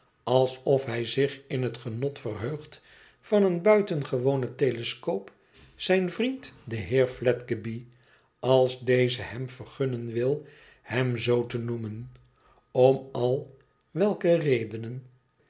alsof hij zich in het genot verheugt van een buitengewonen telescoop zijn vriend den heer fled geby als deze hem vergunnen wil hem zoo te noemen om al welke redenen